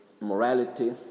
morality